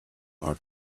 are